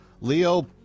leo